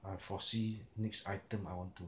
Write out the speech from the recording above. I foresee next item I want to